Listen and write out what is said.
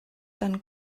tan